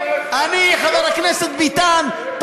חבר הכנסת ביטן,